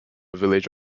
village